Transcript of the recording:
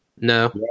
No